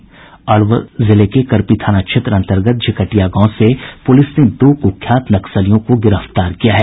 अरवल जिले के करपी थाना क्षेत्र अन्तर्गत झिकटिया गांव से पुलिस ने दो कुख्यात नक्सलियों को गिरफ्तार किया है